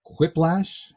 Quiplash